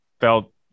felt